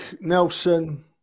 Nelson